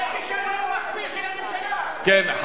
כישלון מחפיר של הממשלה, אין ממשלה בישראל.